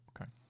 Okay